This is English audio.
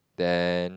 then